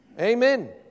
Amen